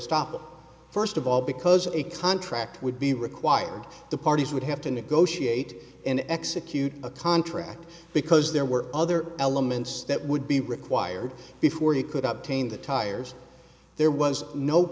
estoppel first of all because a contract would be required the parties would have to negotiate and execute a contract because there were other elements that would be required before he could up tain the tires there was no